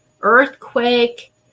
earthquake